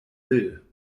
will